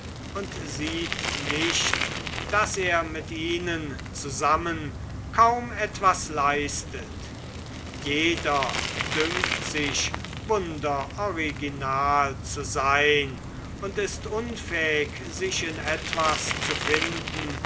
und sieht nicht daß er mit ihnen zusammen kaum etwas leistet jeder dünkt sich wunder original zu sein und ist unfähig sich in etwas zu finden